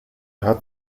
hat